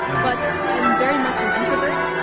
but i'm very much an introvert.